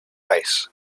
ice